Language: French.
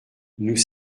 nous